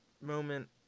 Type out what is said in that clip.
moment